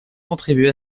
contribuer